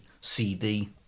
CD